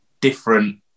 different